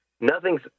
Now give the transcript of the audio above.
nothing's